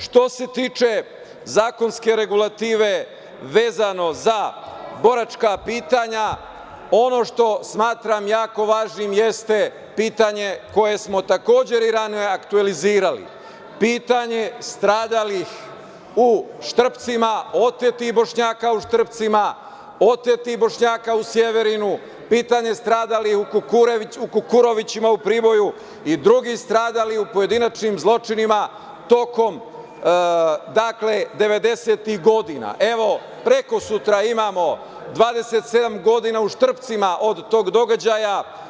Što se tiče zakonske regulative vezano za boračka pitanja, ono što smatram jako važnim jeste pitanje koje smo takođe aktuelizirali, pitanje stradalih u Štrpcima, otetim Bošnjaka u Štrpcima, otetim Bošnjaka u Severinu, pitanje stradalih u Kukurovićima, u Priboju i drugi stradali u pojedinačnim zločinima, tokom devedesetih godina, prekosutra imamo 27 godina u Štrpcima od tog događaja.